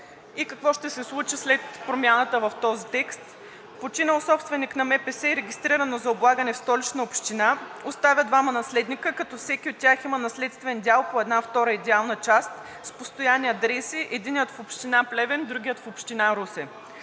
И какво ще се случи след промяната в този текст? Починал собственик на МПС, регистрирано за облагане в Столична община, оставя двама наследници, като всеки от тях има наследствен дял по една втора идеална част, с постоянни адреси – единият в община Плевен, другият в община Русе.